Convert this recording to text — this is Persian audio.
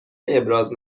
ابراز